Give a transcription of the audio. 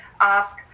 ask